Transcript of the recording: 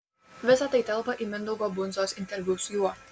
visa tai telpa į mindaugo bundzos interviu su juo